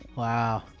wow.